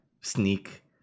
sneak